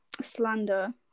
slander